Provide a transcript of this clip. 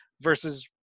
versus